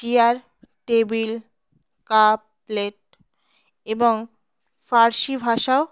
chair table cup plate এবং ফার্সি ভাষাও